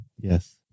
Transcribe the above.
Yes